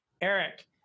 Eric